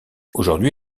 aujourd’hui